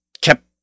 kept